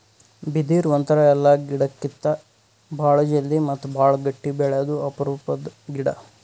ಬಿದಿರ್ ಒಂಥರಾ ಎಲ್ಲಾ ಗಿಡಕ್ಕಿತ್ತಾ ಭಾಳ್ ಜಲ್ದಿ ಮತ್ತ್ ಭಾಳ್ ಗಟ್ಟಿ ಬೆಳ್ಯಾದು ಅಪರೂಪದ್ ಗಿಡಾ